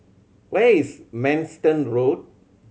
where is Manston Road